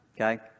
Okay